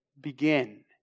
begin